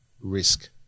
risk